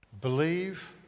believe